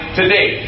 today